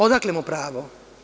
Odakle mu pravo?